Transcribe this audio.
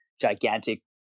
gigantic